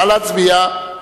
נא להצביע.